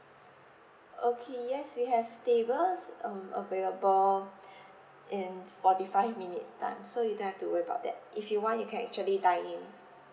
okay yes we have tables um available in forty five minutes' time so you don't have to worry about that if you want you can actually dine in